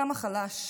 כמה חלש,